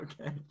okay